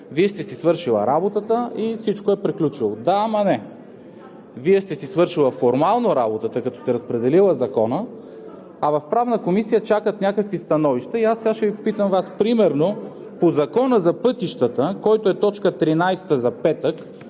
Вие сте си свършили работата и всичко е приключило. Да, ама не! Вие сте си свършили формално работата, като сте разпределили Закона, а в Правната комисия чакат някакви становища. И сега ще Ви попитам: примерно по Закона за пътищата, който е точка 13 за петък: